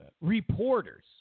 reporters